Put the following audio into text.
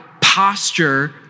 posture